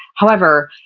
however,